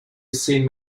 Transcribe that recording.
seen